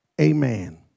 Amen